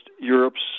Europe's